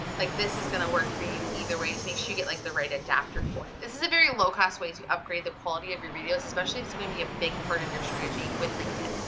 like this is gonna work for you either way. just make sure you get like the right adapter for it. this is a very low-cost way to upgrade the quality of your videos, especially if it's going to be a big part of your strategy with linkedin.